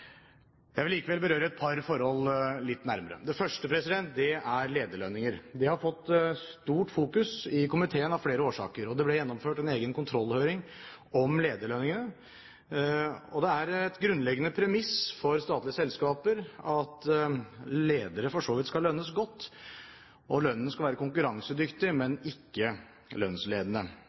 Jeg vil likevel berøre et par forhold litt nærmere. Det første er lederlønninger. Det har av flere årsaker fått et stort fokus i komiteen. Det ble gjennomført en egen kontrollhøring om lederlønningene. Det er et grunnleggende premiss for statlige selskaper at ledere for så vidt skal lønnes godt, og lønnen skal være konkurransedyktig, men ikke lønnsledende.